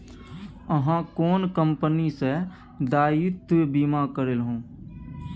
अहाँ कोन कंपनी सँ दायित्व बीमा करेलहुँ